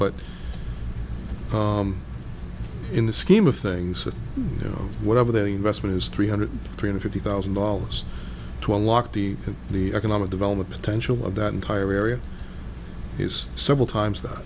that but in the scheme of things you know whatever that investment is three hundred three hundred fifty thousand dollars to unlock the the economic development potential of that entire area is several times that